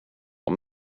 vad